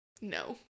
no